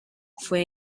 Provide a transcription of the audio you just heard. fue